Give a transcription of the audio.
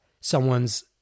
someone's